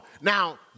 Now